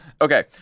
Okay